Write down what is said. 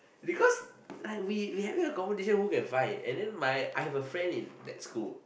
because like we we have a competition we could find it and then my I have a friend in that school